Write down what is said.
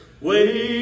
wait